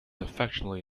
affectionately